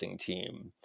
team